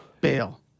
bail